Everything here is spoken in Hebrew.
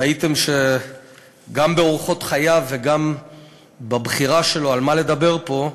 ראיתם שגם באורחות חייו וגם בבחירה שלו על מה לדבר פה,